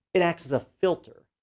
it acts as a filter,